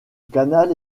canal